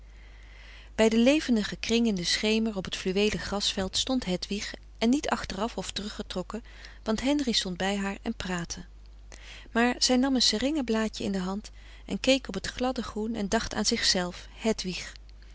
bij den levendigen kring in den schemer op t fluweelig grasveld stond hedwig en niet achteraf of teruggetrokken want henri stond bij haar en praatte maar zij nam een seringe blaadje in de hand en keek op t gladde groen en dacht aan zichzelf hedwig